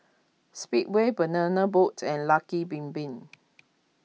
Speedway Banana Boat and Lucky Bin Bin